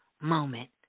moment